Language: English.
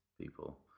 people